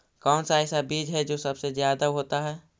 कौन सा ऐसा बीज है जो सबसे ज्यादा होता है?